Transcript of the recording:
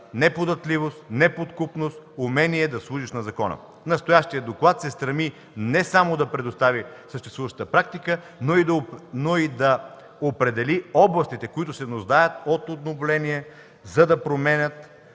неподатливост, неподкупност, умение да служиш на закона. Настоящият доклад се стреми не само да предостави съществуващата практика, но и да определи областите, които се нуждаят от обновление, за да променят